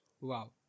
wow